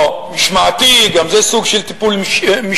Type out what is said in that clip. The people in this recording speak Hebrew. או משמעתי, גם זה סוג של טיפול משפטי.